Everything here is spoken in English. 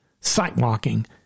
sight-walking